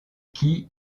qui